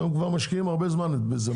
הם כבר משקיעים הרבה זמן בזה.